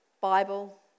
Bible